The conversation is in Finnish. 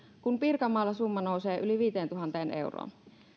kun pirkanmaalla summa nousee yli viiteentuhanteen euroon